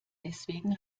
deswegen